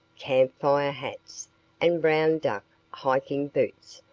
campfire hats, and brown duck hiking boots,